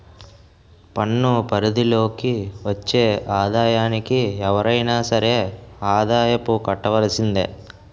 పన్ను పరిధి లోకి వచ్చే ఆదాయానికి ఎవరైనా సరే ఆదాయపు కట్టవలసిందే